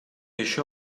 això